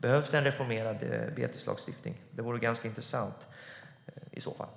Behövs det en reformerad beteslagstiftning? Det vore ganska intressant i så fall.